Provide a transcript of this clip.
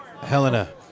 Helena